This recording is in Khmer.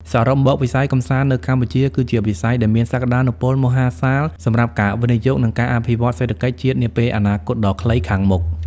សរុបមក វិស័យកម្សាន្តនៅកម្ពុជាគឺជាវិស័យដែលមានសក្តានុពលមហាសាលសម្រាប់ការវិនិយោគ និងការអភិវឌ្ឍន៍សេដ្ឋកិច្ចជាតិនាពេលអនាគតដ៏ខ្លីខាងមុខ។